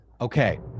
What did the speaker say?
Okay